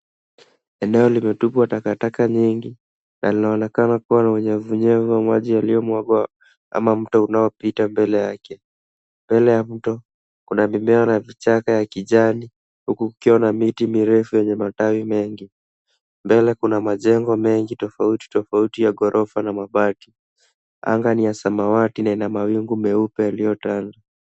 Eneo limetupwa takataka nyingi na linaonekana kuwa na unyevunyevu wa maji yaliyomwagwa ama mto unaopita mbele yake. Mbele ya mto kuna mimea na vichaka ya kijani huku kukiwa na miti mirefu yenye matawi mengi. Mbele kuna majengo mengi tofautitofauti ya maghorof na mabati. Anga ni ya samawati na ina mawingu meupe yaliyotanda.